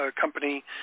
company